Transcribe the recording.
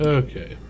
okay